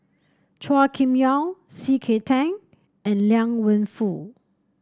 Chua Kim Yeow C K Tang and Liang Wenfu